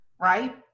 right